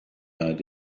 idea